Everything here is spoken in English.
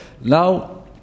now